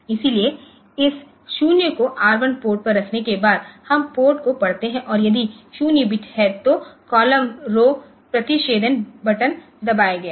इसलिए इस 0 को R 1 पोर्ट पर रखने के बाद हम पोर्टको पढ़ते हैं और यदि 0 बिट है तो कॉलम रौ प्रतिच्छेदन बटन दबाया गया है